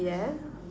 yeah